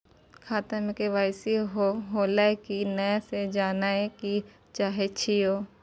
खाता में के.वाई.सी होलै की नय से जानय के चाहेछि यो?